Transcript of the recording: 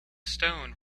stone